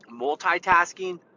multitasking